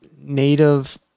Native